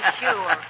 sure